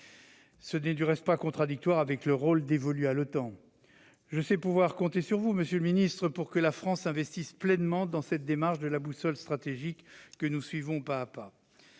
cela n'est pas contradictoire avec le rôle dévolu à l'OTAN. Je sais pouvoir compter sur vous, monsieur le secrétaire d'État, pour que la France s'investisse pleinement dans cette démarche de la « boussole stratégique », que nous suivons pas à pas.